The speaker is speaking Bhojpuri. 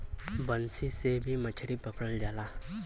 बंसी से भी मछरी पकड़ल जाला